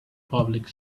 public